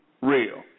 real